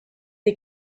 des